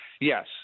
Yes